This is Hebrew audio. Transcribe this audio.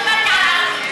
לא דיברתי על ערבים.